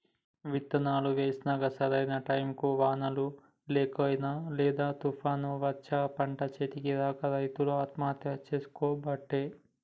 విత్తనాలు వేశినంక సరైన టైముకు వానలు లేకనో లేదా తుపాన్లు వచ్చో పంట చేతికి రాక రైతులు ఆత్మహత్యలు చేసికోబట్టే